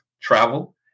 travel